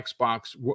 Xbox